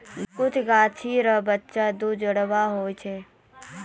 कुछु गाछी रो बिच्चा दुजुड़वा हुवै छै